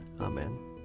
Amen